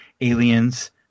aliens